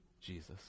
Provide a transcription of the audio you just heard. Jesus